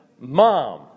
Mom